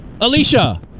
Alicia